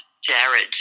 Jared